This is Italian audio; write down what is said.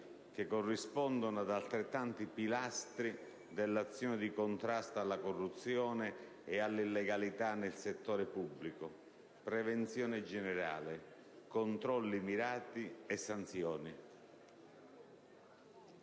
che corrispondono ad altrettanti pilastri dell'azione di contrasto alla corruzione e alla illegalità nel settore pubblico: prevenzione generale, controlli mirati e sanzioni».